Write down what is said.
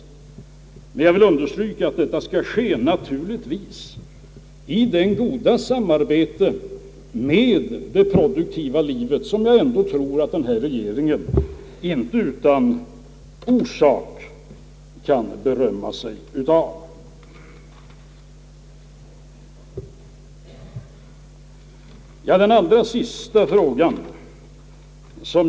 Jag vill understryka att detta naturligtvis skall ske i nära samarbete med det produktiva livet, något som jag tror att regeringen inte utan orsak kan berömma sig av att eftersträva.